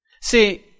See